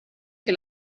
che